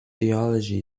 theology